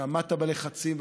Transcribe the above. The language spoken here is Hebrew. שעמדת בלחצים,